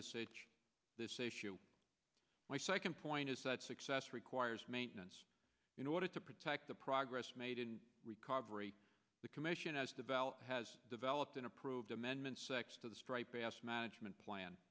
this stage this issue my second point is that success requires maintenance in order to protect the progress made in recovery the commission as the bell has developed and approved amendments to the striped bass management plan